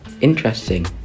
interesting